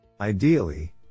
Ideally